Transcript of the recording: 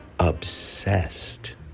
Obsessed